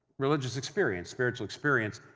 religious experience, spiritual experience,